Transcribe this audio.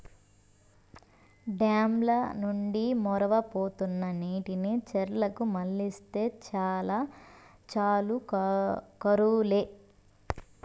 dam ల నుండి మొరవబోతున్న నీటిని చెర్లకు మల్లిస్తే చాలు కరువు లే